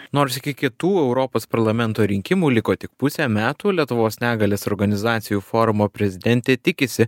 nors iki kitų europos parlamento rinkimų liko tik pusė metų lietuvos negalės organizacijų forumo prezidentė tikisi